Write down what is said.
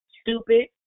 Stupid